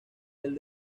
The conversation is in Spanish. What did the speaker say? del